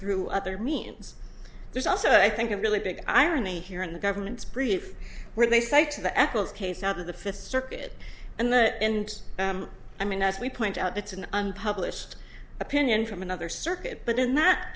through other means there's also i think a really big irony here in the government's brief where they cite the apples case out of the fifth circuit and the end i mean as we point out that's an unpublished opinion from another circuit but in that